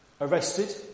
arrested